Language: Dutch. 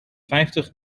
vijftig